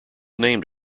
named